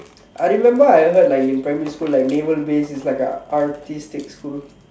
I remember I heard like in primary school like naval base is like the artistic school